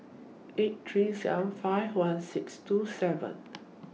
eight three seven five one six two seven